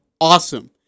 awesome